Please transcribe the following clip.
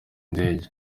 indege